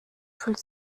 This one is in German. fühlt